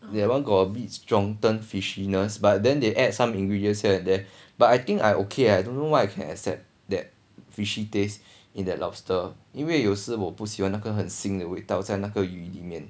that one got a bit strong turn fishiness but then they add some ingredients here and there but I think I okay I don't know why I can accept that fishy taste in their lobster 因为有时我不喜欢那个很腥的味道在那个鱼里面